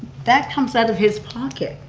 that comes out of his pocket.